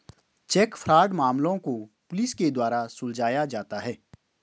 check fraud मामलों को police के द्वारा सुलझाया जाता है